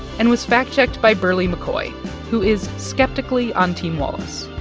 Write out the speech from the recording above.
and was fact-checked by berly mccoy who is skeptically on team walls.